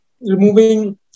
removing